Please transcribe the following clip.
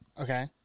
Okay